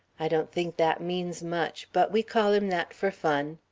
i don't think that means much, but we call him that for fun.